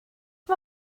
mae